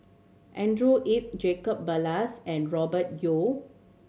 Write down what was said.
Andrew Yip Jacob Ballas and Robert Yeo